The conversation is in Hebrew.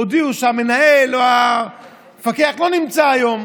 הודיעו שהמנהל או המפקח לא נמצא היום,